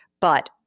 but-